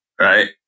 right